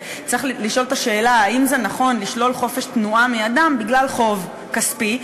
וצריך לשאול את השאלה: האם נכון לשלול חופש תנועה מאדם בגלל חוב כספי,